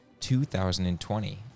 2020